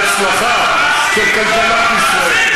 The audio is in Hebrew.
הם רוצים להיות חלק מההצלחה של כלכלת ישראל.